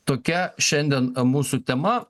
tokia šiandien mūsų tema